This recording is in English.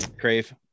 Crave